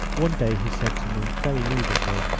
one day he said to me, very movingly,